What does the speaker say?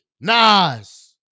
Nas